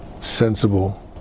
sensible